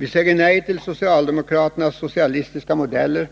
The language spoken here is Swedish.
Vi säger nej till socialdemokraternas socialistiska modeller,